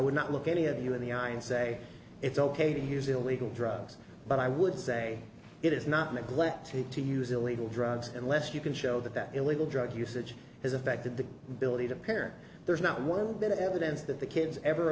would not look any of you in the eye and say it's ok to use illegal drugs but i would say it is not neglected to use illegal drugs unless you can show that that illegal drug usage has affected the ability to parent there is not one bit of evidence that the kids ever